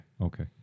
okay